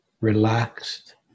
relaxed